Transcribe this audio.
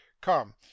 Come